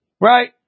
right